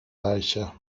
reicher